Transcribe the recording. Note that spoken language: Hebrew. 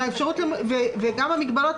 האפשרות למשיכה קבועה בחוק במגבלות מסוימות וגם המגבלות